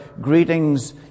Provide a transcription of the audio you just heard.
Greetings